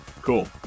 cool